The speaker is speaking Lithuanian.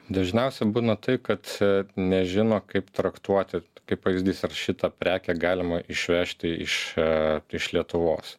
dažniausiai būna tai kad nežino kaip traktuoti kaip pavyzdys ar šitą prekę galima išvežti iš iš lietuvos